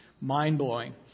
mind-blowing